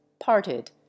parted